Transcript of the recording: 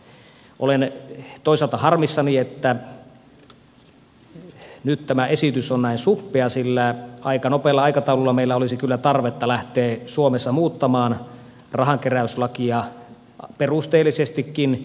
olen toisaalta harmissani että nyt tämä esitys on näin suppea sillä aika nopealla aikataululla meillä olisi kyllä tarvetta lähteä suomessa muuttamaan rahankeräyslakia perusteellisestikin